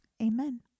Amen